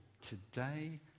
Today